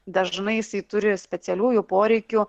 dažnai jisai turi specialiųjų poreikių